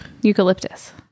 eucalyptus